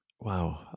Wow